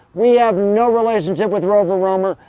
we have no relationship with rover roamer,